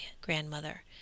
grandmother